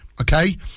Okay